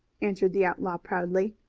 answered the outlaw proudly.